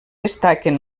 destaquen